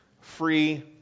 free